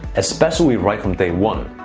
especially right from day one.